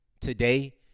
today